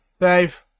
Dave